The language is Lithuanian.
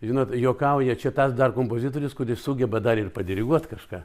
žinot juokauja čia tas dar kompozitorius kuris sugeba dar ir padiriguot kažką